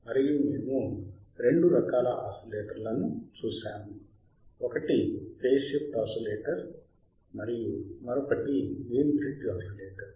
మరియు మేము రెండు రకాల ఆసిలేటర్లను చూశాము ఒకటి ఫేజ్ షిఫ్ట్ ఆసిలేటర్ మరియు మరొకటి వీన్ బ్రిడ్జ్ ఆసిలేటర్